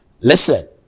Listen